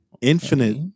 Infinite